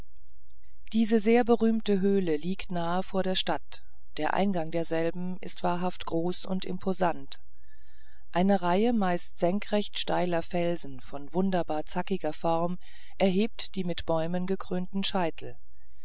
diese sehr berühmte höhle liegt nahe vor der stadt der eingang derselben ist wahrhaft groß und imposant eine reihe meist senkrecht steiler felsen von wunderbar zackiger form erhebt die mit bäumen gekrönten scheitel